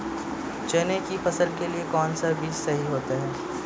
चने की फसल के लिए कौनसा बीज सही होता है?